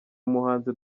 umuhanzi